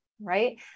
right